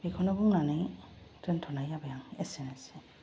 बेखौनो बुंनानै दोन्थनाय जाबाय आं एसेनोसै